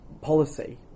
policy